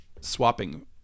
swapping